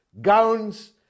gowns